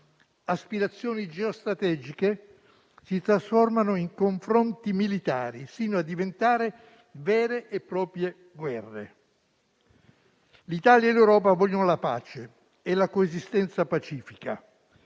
aspirazioni geostrategiche si trasformano in confronti militari, fino a diventare vere e proprie guerre. L'Italia e l'Europa vogliono la pace e la coesistenza pacifica,